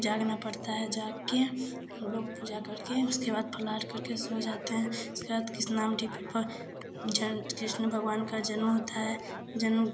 जागना पड़ता है जागकर हमलोग पूजा करके उसके बाद फलाहार करके सो जाते हैं उसके बाद कृष्णा पर जन्म कृष्णा भगवान का जन्म होता है जन्म